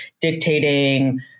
dictating